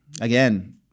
Again